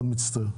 אני מאוד מצטער.